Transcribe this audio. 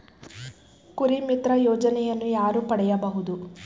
ಕುರಿಮಿತ್ರ ಯೋಜನೆಯನ್ನು ಯಾರು ಪಡೆಯಬಹುದು?